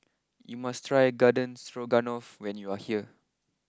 you must try Garden Stroganoff when you are here